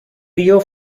río